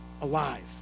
alive